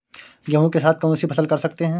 गेहूँ के साथ कौनसी फसल कर सकते हैं?